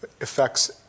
affects